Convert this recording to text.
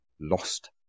lost